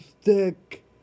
stick